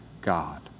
God